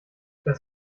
das